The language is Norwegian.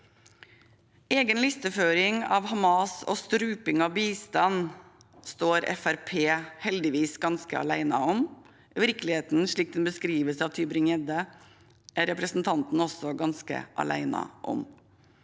Egen listeføring av Hamas og struping av bistand står Fremskrittspartiet heldigvis ganske alene om. Virkeligheten slik den beskrives av Tybring-Gjedde, er representanten også ganske alene om.